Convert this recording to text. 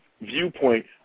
viewpoint